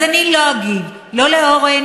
אז אני לא אגיב לא לאורן,